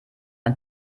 ein